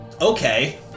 Okay